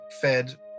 fed